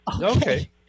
Okay